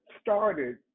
started